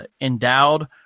endowed –